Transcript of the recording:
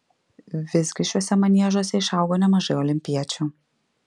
visgi šiuose maniežuose išaugo nemažai olimpiečių